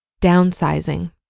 Downsizing